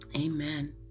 Amen